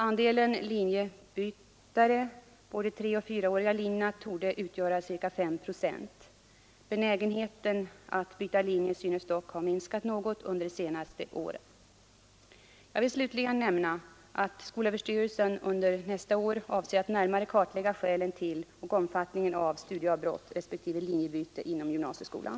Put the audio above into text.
Andelen linjebytare på de treoch fyraåriga linjerna torde utgöra ca 5 procent. Benägenheten att byta linje synes dock ha minskat något under de senaste åren. Jag vill slutligen nämna att skolöverstyrelsen under nästa år avser att närmare kartlägga skälen till och omfattningen av studieavbrott respektive linjebyte inom gymnasieskolan.